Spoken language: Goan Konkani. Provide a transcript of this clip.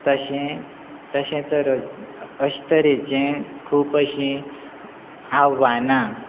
तशें तशें तर अश तरेचे खूब अशी आव्हानां